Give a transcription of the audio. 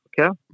okay